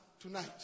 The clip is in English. tonight